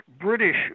British